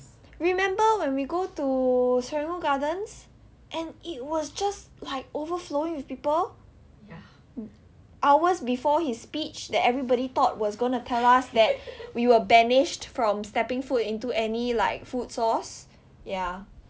remember when we go to serangoon gardens and it was just like overflowing with people hours before his speech that everybody thought was going to tell us that we were banished from stepping foot into any like food stores ya